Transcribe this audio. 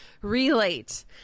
relate